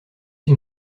une